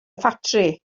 ffatri